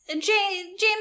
James